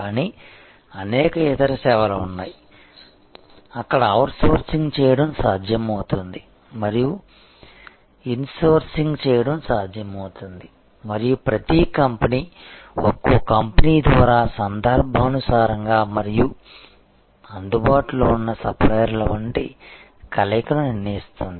కానీ అనేక ఇతర సేవలు ఉన్నాయి అక్కడ అవుట్సోర్సింగ్ చేయడం సాధ్యమవుతుంది మరియు ఇన్సోర్సింగ్ చేయడం సాధ్యమవుతుంది మరియు ప్రతి కంపెనీ ఒక్కో కంపెనీ ద్వారా సందర్భానుసారంగా మరియు అందుబాటులో ఉన్న సప్లయర్ల వంటి కలయికను నిర్ణయిస్తుంది